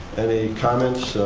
any comments,